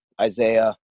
Isaiah